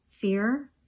fear